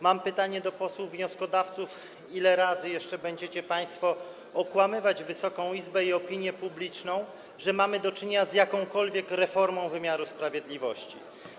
Mam pytanie do posłów wnioskodawców: Ile jeszcze razy będziecie państwo okłamywać Wysoką Izbę i opinię publiczną, mówiąc, że mamy do czynienia z jakąkolwiek reformą wymiaru sprawiedliwości?